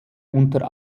unter